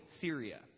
Syria